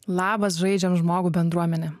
labas žaidžiam žmogų bendruomene